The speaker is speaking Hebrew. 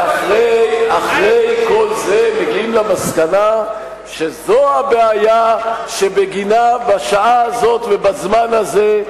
ואחרי כל זה מגיעים למסקנה שזאת הבעיה שבגינה בשעה הזאת ובזמן הזה,